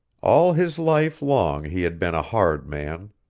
all his life long he had been a hard man.